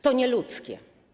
To nieludzkie.